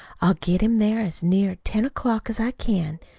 i'll get him there as near ten o'clock as i can.